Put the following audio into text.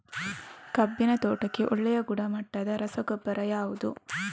ಕಬ್ಬಿನ ತೋಟಕ್ಕೆ ಒಳ್ಳೆಯ ಗುಣಮಟ್ಟದ ರಸಗೊಬ್ಬರ ಯಾವುದು?